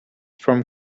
from